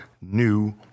new